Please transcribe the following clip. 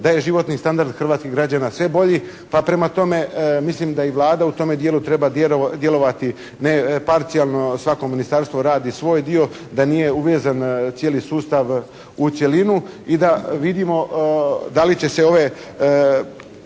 da je životni standard hrvatskih građana sve bolji. Pa prema tome, mislim da i Vlada u tome dijelu treba djelovati ne parcijalno, da svako ministarstvo radi svoj dio, da nije uvezan cijeli sustav u cjelinu i da vidimo da li će se ovi